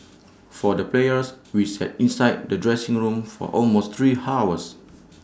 for the players we sat inside the dressing room for almost three hours